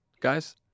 guys